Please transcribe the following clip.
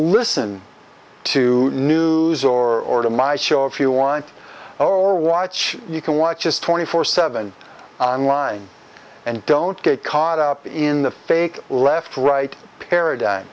listen to new or to my show if you want or watch you can watch us twenty four seven on line and don't get caught up in the fake left right paradigm